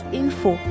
info